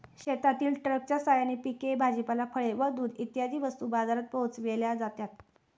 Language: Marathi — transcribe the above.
शेतातील ट्रकच्या साहाय्याने पिके, भाजीपाला, फळे व दूध इत्यादी वस्तू बाजारात पोहोचविल्या जातात